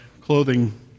clothing